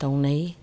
ꯇꯧꯅꯩ